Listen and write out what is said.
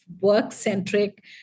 work-centric